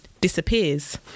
disappears